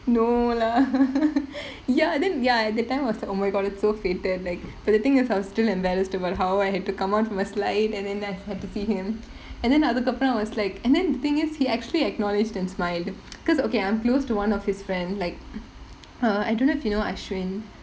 no lah ya then ya and that time was oh my god it's so fated like but the thing is I was still embarrassed about how I had to come on from a slide and then I had to see him and then அதுக்கப்புறம்:athukkappuram was like and then thing is he actually acknowledged and smiled because okay I'm close to one of his friend like err I don't know if you know ashwin